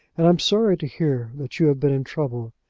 and i am sorry to hear that you have been in trouble.